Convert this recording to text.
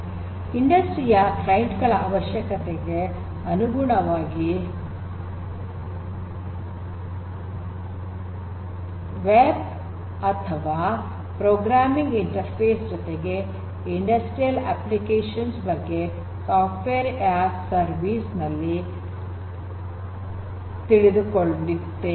industry ಯ client ಗಳ ಅವಶ್ಯಕತೆಗಳಿಗೆ ಅನುಗುಣವಾಗಿ ವೆಬ್ ಅಥವಾ ಪ್ರೋಗ್ರಾಮಿಂಗ್ ಇಂಟರ್ಫೇಸ್ ಜೊತೆಗೆ ಇಂಡಸ್ಟ್ರಿಯಲ್ ಅಪ್ಲಿಕೇಶನ್ಸ್ ಬಗ್ಗೆ ಸಾಫ್ಟ್ವೇರ್ ಯಾಸ್ ಎ ಸರ್ವಿಸ್ ನಲ್ಲಿ ತಿಳಿದುಕೊಳ್ಳುತ್ತೇವೆ